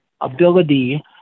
ability